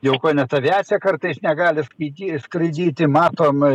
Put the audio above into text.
jau net aviacija kartais negali įkyriai skraidyti matom